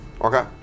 Okay